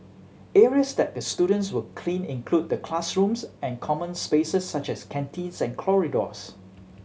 areas that the students will clean include the classrooms and common spaces such as canteens and corridors